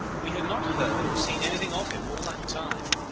we had not heard or seen anything of him all that time.